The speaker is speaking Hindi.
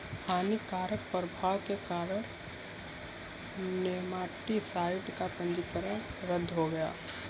हानिकारक प्रभाव के कारण नेमाटीसाइड का पंजीकरण रद्द हो गया